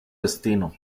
destino